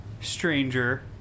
Stranger